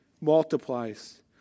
multiplies